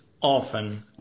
often